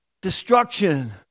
destruction